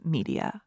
Media